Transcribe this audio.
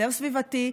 יותר סביבתי,